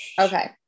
okay